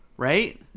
Right